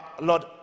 Lord